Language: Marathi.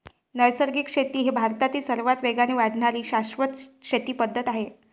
नैसर्गिक शेती ही भारतातील सर्वात वेगाने वाढणारी शाश्वत शेती पद्धत आहे